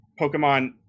Pokemon